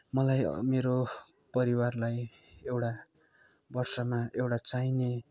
मलाई मेरो परिवारलाई एउटा वर्षमा एउटा चाहिने